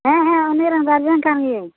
ᱦᱮᱸ ᱦᱮᱸ ᱩᱱᱤᱨᱮᱱ ᱜᱟᱨᱡᱮᱱ ᱠᱟᱱ ᱜᱤᱭᱟᱹᱧ